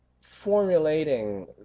formulating